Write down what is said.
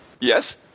Yes